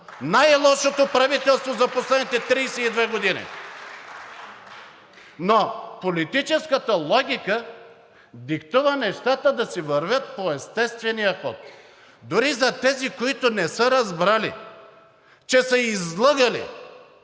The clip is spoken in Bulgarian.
най-лошото правителство за последните 32 години. (Ръкопляскания от ДПС.) Но политическата логика диктува нещата да си вървят по естествения ход дори за тези, които не са разбрали, че са излъгали